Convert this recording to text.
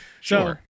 Sure